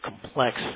complex